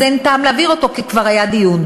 אז אין טעם להעביר אותו כי כבר היה דיון.